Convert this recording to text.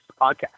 podcast